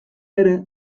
ere